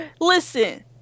listen